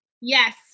Yes